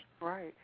Right